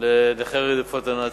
לנכי רדיפות הנאצים,